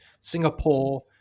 Singapore